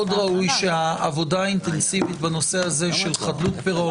מאוד ראוי שהעבודה האינטנסיבית בנושא של הזה של חדלות פירעון,